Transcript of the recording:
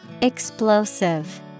Explosive